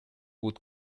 would